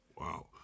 Wow